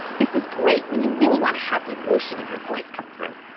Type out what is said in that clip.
this is great when you really want to have the emotion of your voice come through.